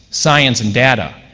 science and data,